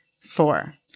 four